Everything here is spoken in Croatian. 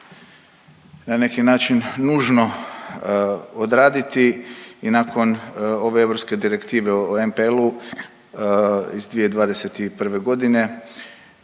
na neki način nužno odraditi i nakon ove EU direktive o NPL-u iz 2021. g.